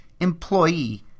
employee